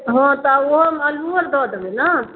हाँ तऽ ओहोमे अल्लूओ दऽ देबै ने